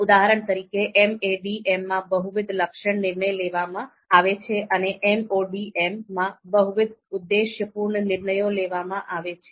ઉદાહરણ તરીકે MADM માં બહુવિધ લક્ષણ નિર્ણય લેવામાં આવે છે અને MODM માં બહુવિધ ઉદ્દેશપૂર્ણ નિર્ણય લેવામાં આવે છે